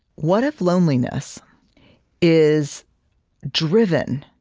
what if loneliness is driven,